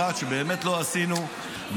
אחד שבאמת לא עשינו,